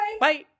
Bye